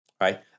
right